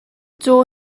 caw